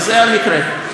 וזה המקרה.